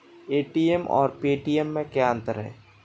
ATM और Paytm में क्या अंतर है?